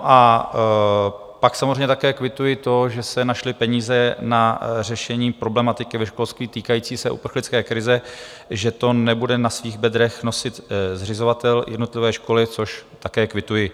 A pak samozřejmě také kvituji to, že se našly peníze na řešení problematiky ve školství týkající se uprchlické krize, že to nebude na svých bedrech nosit zřizovatel jednotlivé školy, což také kvituji.